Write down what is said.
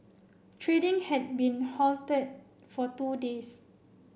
trading had been halted for two days